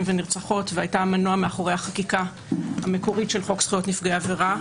ונרצחות והייתה המנוע מאחורי החקיקה המקורית של חוק זכויות נפגעי עבירה,